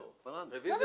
רביזיה